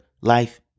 life